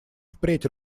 впредь